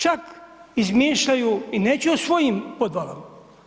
Čak izmišljaju i neće o svojim podvalama.